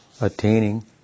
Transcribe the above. attaining